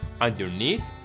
underneath